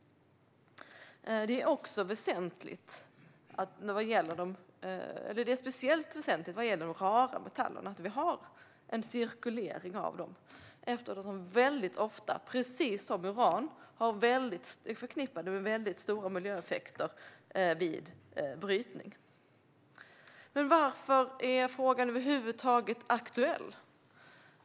Det är särskilt väsentligt vad gäller de rara metallerna eftersom de ofta, precis som uran, är förknippade med väldigt stora miljöeffekter vid brytning. Men varför är frågan över huvud taget aktuell?